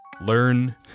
learn